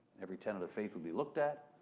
every tenet of faith would be looked at,